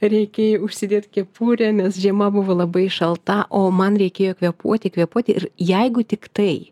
reikėjo užsidėt kepurę nes žiema buvo labai šalta o man reikėjo kvėpuoti kvėpuoti ir jeigu tiktai